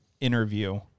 interview